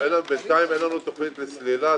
בינתיים אין לנו תוכנית לסלילה.